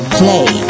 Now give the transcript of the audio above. play